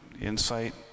insight